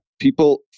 people